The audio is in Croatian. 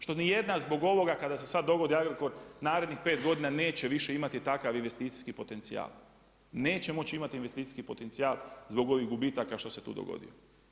Što ni jedna zbog ovoga kada se sada dogodi Agrokor narednih 5 godina neće više imati takav investicijski potencijal, neće moći imati investicijski potencijal zbog ovih gubitaka što su se tu dogodio.